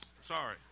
Sorry